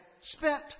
spent